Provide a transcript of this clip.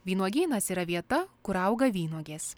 vynuogynas yra vieta kur auga vynuogės